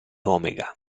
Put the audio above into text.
omega